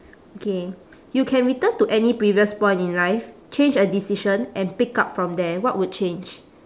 okay you can return to any previous point in life change a decision and pick up from there what would change